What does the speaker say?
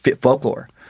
folklore